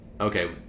okay